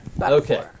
Okay